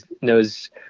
knows